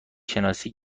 شناسی